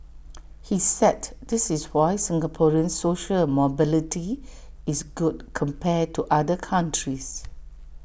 he said this is why Singaporean social A mobility is good compared to other countries